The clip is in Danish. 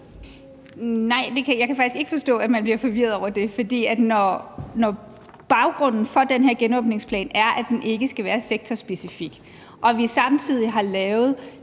Nej, jeg kan faktisk ikke forstå, at man bliver forvirret over det. For når baggrunden for den her genåbningsplan er, at den ikke skal være sektorspecifik og vi samtidig har lavet